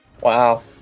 Wow